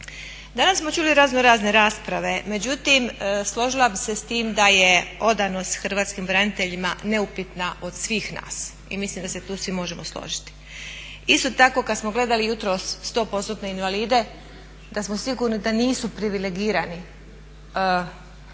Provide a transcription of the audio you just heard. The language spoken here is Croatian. Danas smo čuli razno razne rasprave, međutim složila bih se sa time da je odanost hrvatskim braniteljima neupitna od svih nas i mislim da se tu svi možemo složiti. Isto tako kada smo gledali jutros 100%-tne invalide da smo sigurni da nisu privilegirani